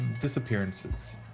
disappearances